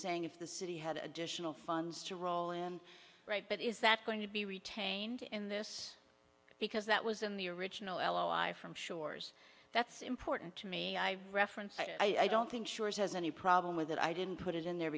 saying if the city had additional funds to roll and write but is that going to be retained in this because that was in the original elo i from shores that's important to me i referenced i don't think shores has any problem with that i didn't put it in there